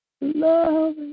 Love